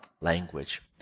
language